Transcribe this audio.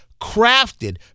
crafted